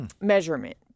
measurement